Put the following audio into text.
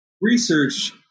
research